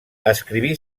escriví